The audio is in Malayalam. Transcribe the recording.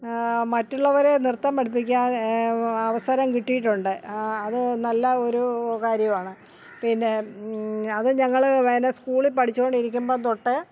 മറ്റുള്ളവരെ നൃത്തം പഠിപ്പിക്കാൻ അവസരം കിട്ടിയിട്ടുണ്ട് അതു നല്ല ഒരു കാര്യമാണ് പിന്നെ അതു ഞങ്ങൾ എന്ന സ്കൂളിൽ പഠിച്ചു കൊണ്ടിരിക്കുമ്പോൾ തൊട്ട്